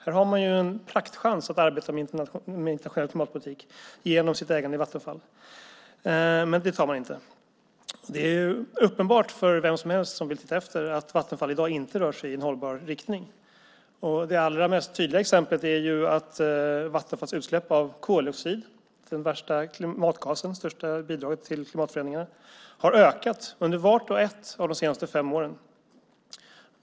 Här finns en praktchans att arbeta med internationell klimatpolitik genom ägandet i Vattenfall - men den tas inte. Det är uppenbart för vem som helst som vill titta efter att Vattenfall i dag inte rör sig i en hållbar riktning. Det allra mest tydliga exemplet är att Vattenfalls utsläpp av koldioxid - den värsta klimatgasen och det största bidraget till klimatförändringarna - har ökat under vart och ett av de senaste fem åren.